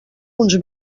uns